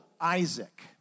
Isaac